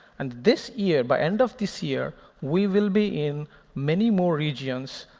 and this year, by end of this year, we will be in many more regions.